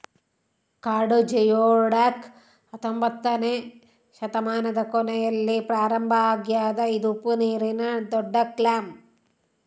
ಕಾಡು ಜಿಯೊಡಕ್ ಹತ್ತೊಂಬೊತ್ನೆ ಶತಮಾನದ ಕೊನೆಯಲ್ಲಿ ಪ್ರಾರಂಭ ಆಗ್ಯದ ಇದು ಉಪ್ಪುನೀರಿನ ದೊಡ್ಡಕ್ಲ್ಯಾಮ್